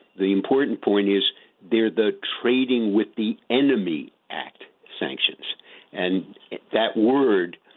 the important point is they're the trading with the enemy act sanctions and that word,